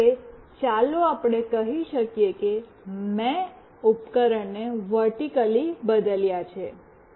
હવે ચાલો આપણે કહી શકીએ કે મેં ઉપકરણોને વર્ટિક્લી બદલ્યાં છે